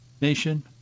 nation